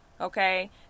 Okay